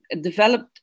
developed